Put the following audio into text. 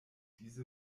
diese